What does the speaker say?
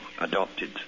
adopted